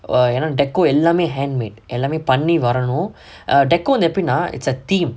oh ஏன்னா:yaenna decor எல்லாமே:ellaamae handmade எல்லாமே பண்ணி வரணும்:ellaamae panni varanum err decor வந்து எப்புடினா:vanthu eppudinaa it's a theme